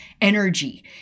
energy